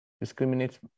discriminates